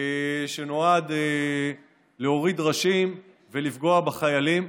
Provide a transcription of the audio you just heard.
שנועד להוריד ראשים ולפגוע בחיילים.